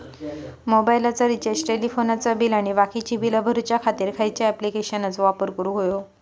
मोबाईलाचा रिचार्ज टेलिफोनाचा बिल आणि बाकीची बिला भरूच्या खातीर खयच्या ॲप्लिकेशनाचो वापर करूक होयो?